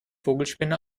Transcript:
vogelspinne